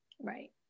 Right